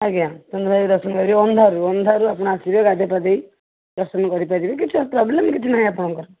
ଆଜ୍ଞା ଚନ୍ଦ୍ରଭାଗା ବି ଦର୍ଶନ କରିବେ ଅନ୍ଧାରରୁ ଅନ୍ଧାରରୁ ଆପଣ ଆସିବେ ଗାଧୋଇ ପାଧୋଇ ଦର୍ଶନ କରିପାରିବେ କିଛି ପ୍ରୋବ୍ଲେମ୍ କିଛି ନାହିଁ ଆପଣଙ୍କର